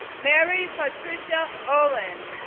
mary patricia ollen,